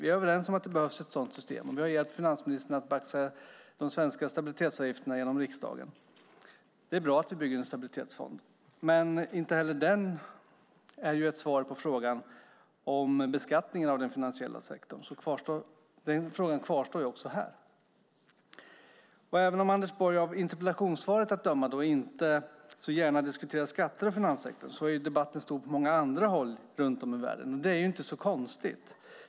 Vi är överens om att det behövs ett sådant system, och vi har hjälpt finansministern att baxa igenom de svenska stabilitetsavgifterna i riksdagen. Det är bra att vi bygger en stabilitetsfond, men inte heller den är svaret på frågan om beskattningen av den finansiella sektorn. Även denna fråga kvarstår alltså. Av interpellationssvaret att döma diskuterar Anders Borg inte så gärna skatter på finanssektorn, men på många andra håll är debatten livlig. Det är inte så konstigt.